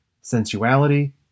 sensuality